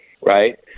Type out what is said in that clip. right